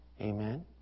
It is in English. Amen